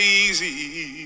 easy